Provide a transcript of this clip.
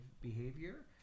behavior